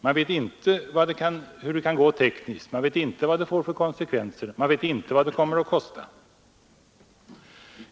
Vi vet inte hur det kan gå tekniskt, vi vet inte vad det får för konsekvenser, vi vet inte vad det kommer att kosta.